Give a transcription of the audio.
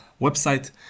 website